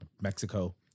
Mexico